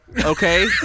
okay